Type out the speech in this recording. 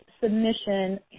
submission